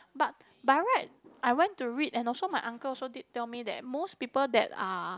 but by right I went to read and also my uncle also did tell me that most people that are